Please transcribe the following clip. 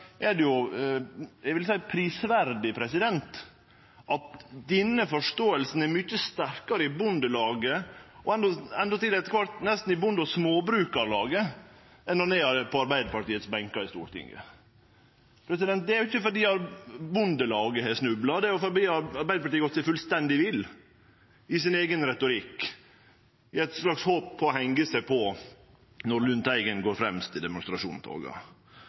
eg vil seie at det er prisverdig at denne forståinga er mykje sterkare i Bondelaget, og endåtil etter kvart nesten i Bonde- og Småbrukarlaget, enn ho er på Arbeidarpartiets benkar i Stortinget. Det er jo ikkje fordi Bondelaget har snubla, det er fordi Arbeidarpartiet har gått seg fullstendig vill i sin eigen retorikk i eit slags håp om å hengje seg på når representanten Lundteigen går fremst i demonstrasjonstoga.